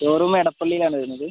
showroom ഇടപ്പള്ളിയിലാണ് വരുന്നത്